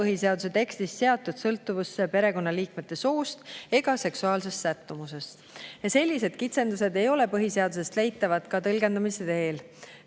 põhiseaduse tekstis seatud sõltuvusse perekonnaliikmete soost ega seksuaalsest sättumusest ja sellised kitsendused ei ole põhiseadusest leitavad ka tõlgendamise teel.